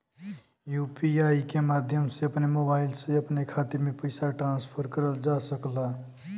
UPI के माध्यम से अपने मोबाइल से अपने खाते में पइसा ट्रांसफर करल जा सकला